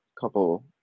couple